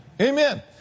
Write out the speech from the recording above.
Amen